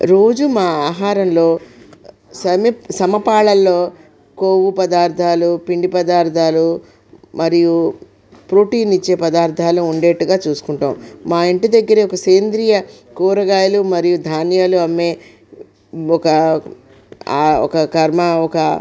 రోజు మా ఆహారంలో సమపాళలలో కొవ్వు పదార్థాలు పిండి పదార్థాలు మరియు ప్రోటీన్ ఇచ్చే పదార్థాలు ఉండేట్టుగా చూసుకుంటాం మా ఇంటి దగ్గర ఒక సేంద్రీయ కూరగాయలు మరియు ధాన్యాలు అమ్మే ఒక ఒక కార్మ ఒక